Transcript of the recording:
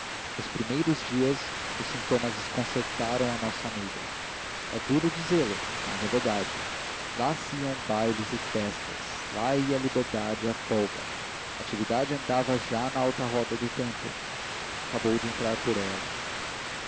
nos primeiros dias os sintomas desconcertaram a nossa amiga é duro dizê-lo mas é verdade lá se iam bailes e festas lá ia a liberdade e a folga natividade andava já na alta roda do tempo acabou de entrar por ela